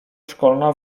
szkolna